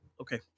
Okay